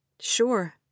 Sure